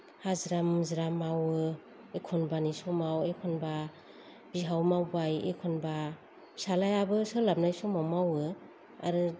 हाजिरा मुजिरा मावो एखनबानि समाव एखनबा बिहाव मावबाय एखनबा फिसालायाबो सोलाबनाय समाव मावो आरो